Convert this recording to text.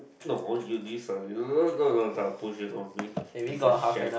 no you don't push it on me piece of shit